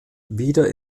wieder